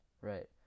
Right